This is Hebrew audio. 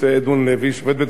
שופט בית-המשפט העליון,